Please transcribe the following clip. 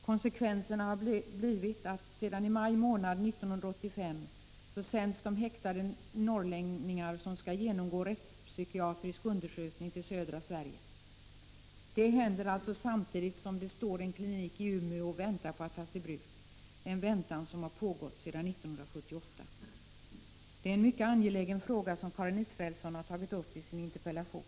Konsekvenserna har blivit att de häktade norrlänningar som skall genomgå rättspsykiatrisk undersökning sedan maj månad 1985 sänds till södra Sverige. Detta händer alltså samtidigt som det står en klinik i Umeå och väntar på att tas i bruk, en väntan som har pågått sedan 1978. Det är en mycket angelägen fråga som Karin Israelsson har tagit upp i sin interpellation.